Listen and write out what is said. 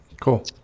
Cool